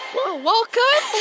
Welcome